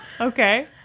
Okay